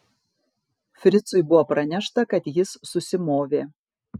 fricui buvo pranešta kad jis susimovė